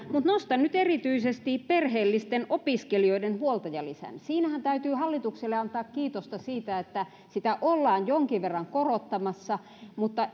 mutta nostan nyt erityisesti perheellisten opiskelijoiden huoltajalisän siinähän täytyy hallitukselle antaa kiitosta siitä että sitä ollaan jonkin verran korottamassa mutta